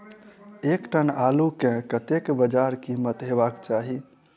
एक टन आलु केँ कतेक बजार कीमत हेबाक चाहि?